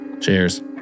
cheers